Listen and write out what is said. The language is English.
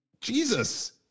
Jesus